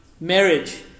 Marriage